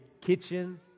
kitchen